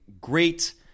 great